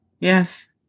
Yes